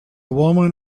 woman